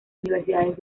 universidades